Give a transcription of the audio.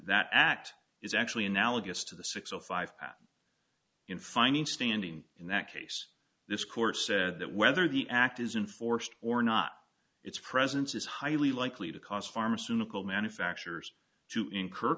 that act is actually analogous to the six zero five in finding standing in that case this court said that whether the act isn't forced or not its presence is highly likely to cause pharmaceutical manufacturers to incur